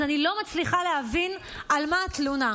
אז אני לא מצליחה להבין על מה התלונה.